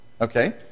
Okay